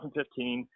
2015